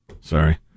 Sorry